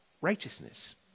Righteousness